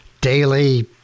daily